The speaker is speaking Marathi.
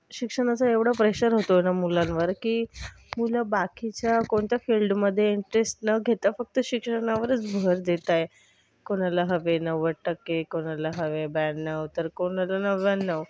शिक्षणाचा एवढा प्रेशर होतो आहे ना मुलांवर की मुलं बाकीच्या कोणत्या फील्डमध्ये इंटरेस्ट न घेता फक्त शिक्षणावरच भर देत आहे कोणाला हवे नव्वद टक्के कोणाला हवे ब्याण्णव तर कोणाला नव्व्याण्णव